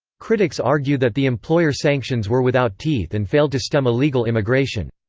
critics argue that the employer sanctions were without teeth and failed to stem illegal immigration.